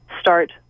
start